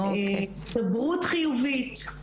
הידברות חיובית,